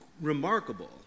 remarkable